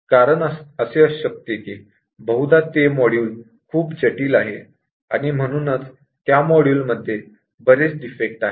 कारण असे असू शकते की बहुधा ते मॉड्यूल खूप जटिल आहे आणि म्हणूनच त्या मॉड्यूलमध्ये बरेच डिफेक्ट आहेत